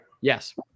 Yes